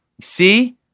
see